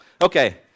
Okay